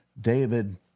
David